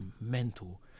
mental